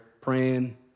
praying